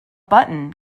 button